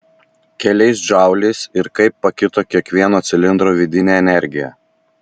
keliais džauliais ir kaip pakito kiekvieno cilindro vidinė energija